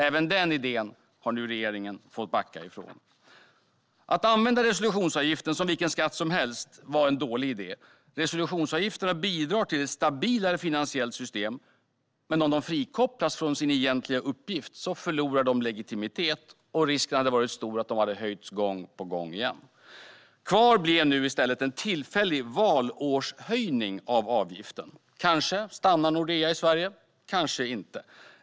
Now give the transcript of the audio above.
Även den idén har regeringen nu fått backa från. Att använda resolutionsavgiften som vilken skatt som helst var en dålig idé. Resolutionsavgifter bidrar till ett stabilare finansiellt system, men om de frikopplas från sin egentliga uppgift förlorar de legitimitet. Och risken hade varit stor att de skulle höjas gång på gång. Kvar blev i stället en tillfällig valårshöjning av avgiften. Kanske stannar Nordea i Sverige, kanske inte.